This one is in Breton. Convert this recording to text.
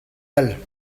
all